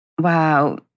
Wow